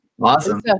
Awesome